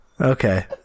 Okay